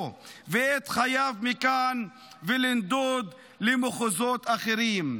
ואת חייו מכאן ולנדוד למחוזות אחרים.